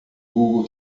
google